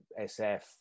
SF